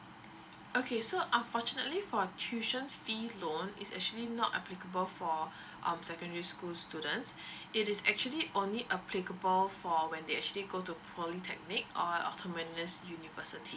okay so unfortunately for tuition fee loan is actually not applicable for um secondary school students it is actually only applicable for when they actually go to polytechnic or autonomous university